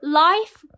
,life